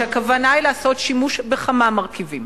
שהכוונה היא לעשות שימוש בכמה מרכיבים.